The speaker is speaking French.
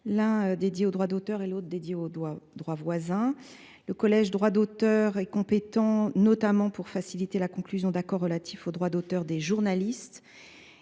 l’un dédié aux droits d’auteur, l’autre dédié aux droits voisins. Le collège « droits d’auteur » de cette commission est compétent pour faciliter la conclusion d’accords relatifs aux droits d’auteur des journalistes